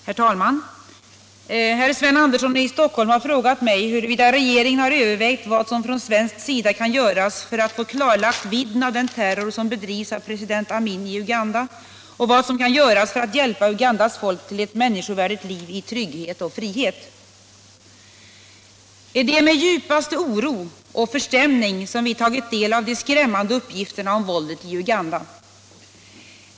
Herr talman! Herr Andersson i Stockholm har frågat mig huruvida regeringen har övervägt vad som från svensk sida kan göras för att få klarlagt vidden av den terror som bedrivs av president Amin i Uganda och vad som kan göras för att hjälpa Ugandas folk till ett människovärdigt liv i trygghet och frihet. Det är med den djupaste oro och förstämning som vi tagit del av de skrämmande uppgifterna om våldet i Uganda.